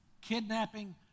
kidnapping